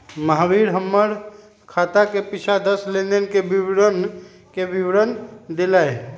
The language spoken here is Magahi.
महावीर हमर खाता के पिछला दस लेनदेन के विवरण के विवरण देलय